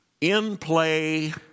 in-play